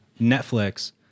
Netflix